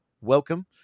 welcome